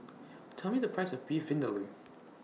Tell Me The Price of Beef Vindaloo